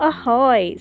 Ahoy